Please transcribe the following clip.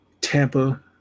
Tampa